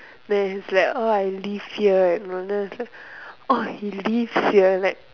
then he's like orh I live here and my mind is like orh he lives here like